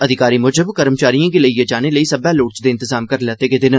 अधिकारी मूजब कर्मचारिएं गी लेइयै जाने लेई सब्बै लोड़चदे इंतजाम करी लैते गेदे न